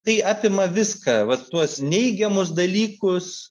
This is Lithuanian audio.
tai apima viską va tuos neigiamus dalykus